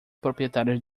proprietários